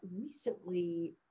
recently